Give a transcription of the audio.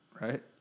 right